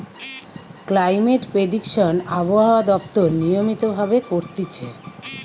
climate prediction আবহাওয়া দপ্তর নিয়মিত ভাবে রোজ করতিছে